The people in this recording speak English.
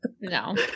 No